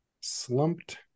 slumped